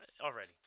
Already